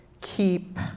keep